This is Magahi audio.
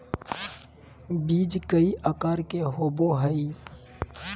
बीज कई आकार के होबो हइ